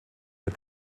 der